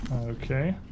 okay